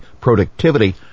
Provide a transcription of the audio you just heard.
productivity